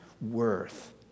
worth